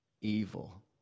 evil